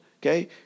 okay